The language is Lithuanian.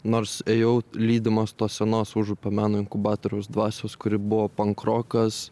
nors ėjau lydimas tos senos užupio meno inkubatoriaus dvasios kuri buvo pankrokas